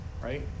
right